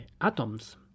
atoms